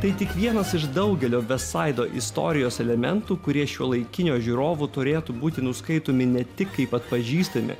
tai tik vienas iš daugelio vestsaido istorijos elementų kurie šiuolaikinio žiūrovų turėtų būti nuskaitomi ne tik kaip atpažįstami